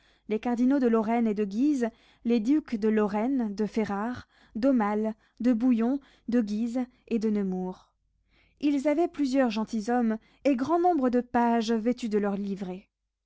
les cardinaux de lorraine et de guise les ducs de lorraine de ferrare d'aumale de bouillon de guise et de nemours ils avaient plusieurs gentilshommes et grand nombre de pages vêtus de leurs livrées